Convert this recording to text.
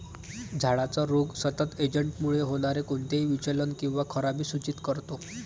झाडाचा रोग सतत एजंटमुळे होणारे कोणतेही विचलन किंवा खराबी सूचित करतो